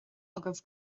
agaibh